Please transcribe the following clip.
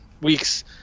weeks